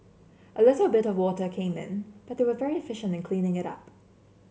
a little bit water came but were very efficient in cleaning it up